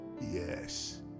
Yes